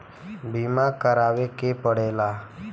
बीमा करावे के पड़ेला